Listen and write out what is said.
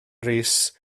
rees